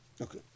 Okay